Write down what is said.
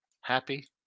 Happy